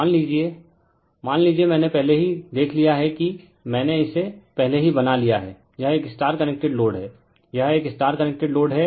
मान लीजिए मान लीजिए मैंने पहले ही देख लिया है कि मैंने इसे पहले ही बना लिया है यह एक स्टार कनेक्टेड लोड है यह एक स्टार कनेक्टेड लोड है